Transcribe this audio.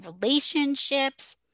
relationships